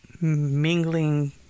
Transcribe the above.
mingling